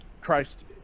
Christ